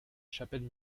chapelle